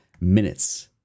minutes